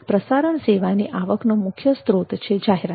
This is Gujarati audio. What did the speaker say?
પ્રસારણ સેવાની આવકનો મુખ્ય સ્ત્રોત છે જાહેરાત